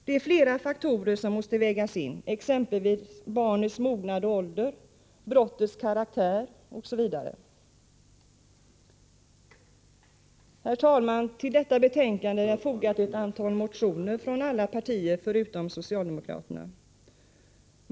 Det är flera faktorer som måste vägas in, exempelvis barnets mognad och ålder, brottets karaktär osv. Herr talman! Till betänkandet är fogade ett antal motioner från alla partier utom socialdemokraterna.